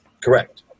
Correct